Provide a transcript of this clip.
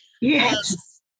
Yes